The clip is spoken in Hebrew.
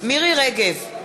מירי רגב,